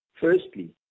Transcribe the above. firstly